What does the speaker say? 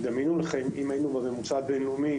דמיינו לכם אם היינו מגיעים לממוצע הבין-לאומי